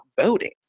voting